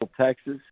Texas